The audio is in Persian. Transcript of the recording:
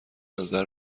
نظر